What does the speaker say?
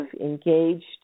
engaged